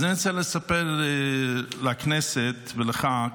אז אני רוצה לספר לכנסת ולך,